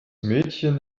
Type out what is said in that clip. mädchen